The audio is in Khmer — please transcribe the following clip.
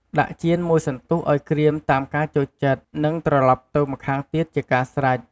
ដាក់ចៀនមួយសន្ទុះឱ្យក្រៀមតាមការចូលចិត្ត និងត្រឡប់ទៅម្ខាងទៀតជាការស្រេច។